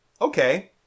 okay